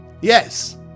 Yes